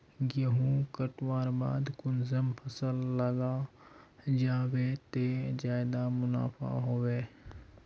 गेंहू कटवार बाद कुंसम फसल लगा जाहा बे ते ज्यादा मुनाफा होबे बे?